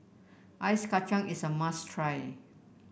Ice Kacang is a must try